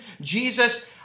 Jesus